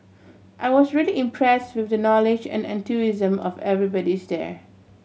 I was really impress with the knowledge and enthusiasm of everybody's there